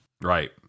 Right